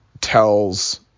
tells